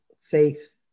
faith